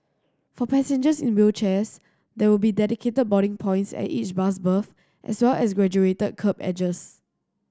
for passengers in wheelchairs there will be dedicated boarding points at each bus berth as well as graduated kerb edges